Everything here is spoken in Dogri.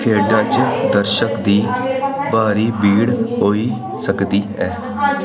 खेढै च दर्शक दी भारी भीड़ होई सकदी ऐ